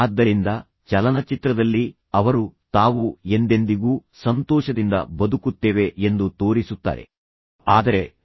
ಆದ್ದರಿಂದ ಚಲನಚಿತ್ರದಲ್ಲಿ ಅವರು ತಾವು ಎಂದೆಂದಿಗೂ ಸಂತೋಷದಿಂದ ಬದುಕುತ್ತೇವೆ ಎಂದು ತೋರಿಸುತ್ತಾರೆ ಮತ್ತು ಅಗತ್ಯಗಳು ಇಲ್ಲಿಯೇ ನಿಲ್ಲುತ್ತವೆ ಅಂದರೆ ಪ್ರೀತಿ ಮತ್ತು ಅದರ ಅಗತ್ಯಗಳು